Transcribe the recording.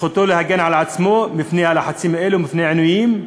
זכותו להגן על עצמו בפני הלחצים האלה ובפני עינויים,